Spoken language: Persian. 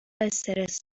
استرس